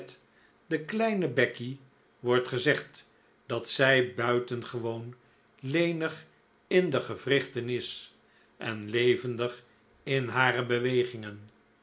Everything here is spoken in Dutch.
de kleine becky wordt gezegd dat zij buitengewoon lenig in de gewrichten is en levendig in haar bewegingen